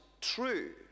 true